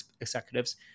executives